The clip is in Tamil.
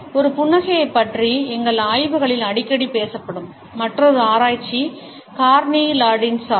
ஒரு புன்னகையைப் பற்றிய எங்கள் ஆய்வுகளில் அடிக்கடி பேசப்படும் மற்றொரு ஆராய்ச்சி கார்னி லாண்டிஸால்